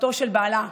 משפחתו של בעלה,